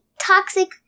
toxic